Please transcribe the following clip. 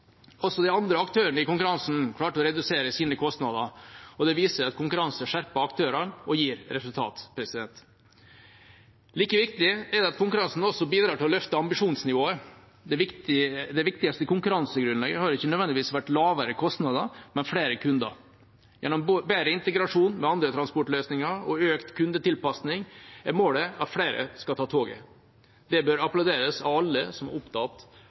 Også de andre aktørene i konkurransen klarte å redusere sine kostnader, og det viser at konkurranse skjerper aktørene og gir resultater. Like viktig er det at konkurransen også bidrar til å løfte ambisjonsnivået. Det viktigste konkurransegrunnlaget har ikke nødvendigvis vært lavere kostnader, men flere kunder. Gjennom bedre integrasjon med andre transportløsninger og økt kundetilpasning er målet at flere skal ta toget. Det bør applauderes av alle som er opptatt